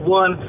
one